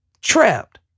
trapped